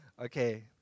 Okay